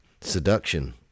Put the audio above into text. Seduction